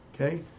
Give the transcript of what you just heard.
Okay